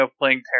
playing